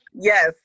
Yes